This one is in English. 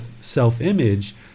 self-image